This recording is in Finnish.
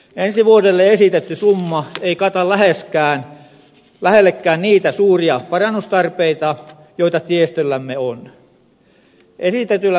ensi vuodelle esitetty summa ei lähellekään kata niitä suuria parannustarpeita joita tiestöllämme on